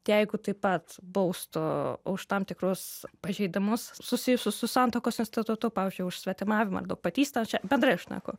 jeigu taip pat baustų už tam tikrus pažeidimus susijusius su santuokos institutu pavyzdžiui už svetimavimą daugpatystę nu čia bendrai aš šneku